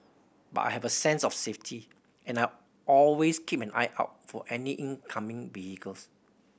but I have a sense of safety and I always keep an eye out for any incoming vehicles